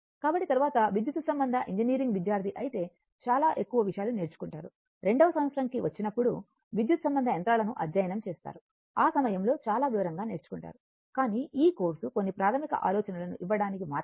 కాబట్టి తరువాత విద్యుత్ సంబంధ ఇంజనీరింగ్ విద్యార్ధి అయితే చాలా ఎక్కువ విషయాలు నేర్చుకుంటారు రెండవ సంవత్సరం కి వచ్చినప్పుడు విద్యుత్ సంబంధ యంత్రాలను అధ్యయనం చేస్తారు ఆ సమయంలో చాలా వివరంగా నేర్చుకుంటారు కానీ ఈ కోర్సు కొన్ని ప్రాథమిక ఆలోచనలను ఇవ్వడానికి మాత్రమే